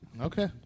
Okay